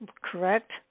correct